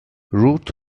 ruth